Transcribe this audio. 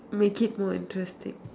make it more interesting